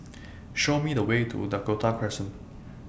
Show Me The Way to Dakota Crescent